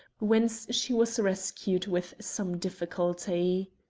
whence she was rescued with some difficulty.